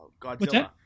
Godzilla